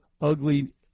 ugly